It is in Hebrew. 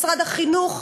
משרד החינוך.